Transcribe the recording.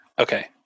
okay